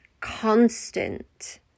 constant